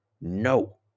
No